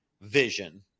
vision